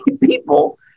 people